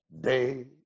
day